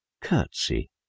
curtsy